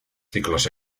ciclos